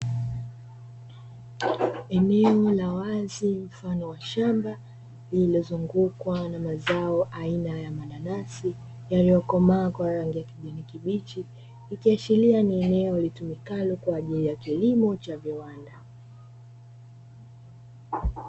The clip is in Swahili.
Eneo la wazi mfano wa shamba lililozungukwa na mazao aina ya mananasi, yaliyokomaa kwa rangi ya kijani kibichi ikiashiria ni eneo litumikalo kwa ajili ya kilimo cha viwanda.